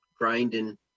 grinding